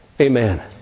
Amen